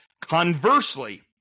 Conversely